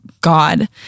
God